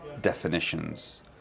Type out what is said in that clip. definitions